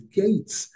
gates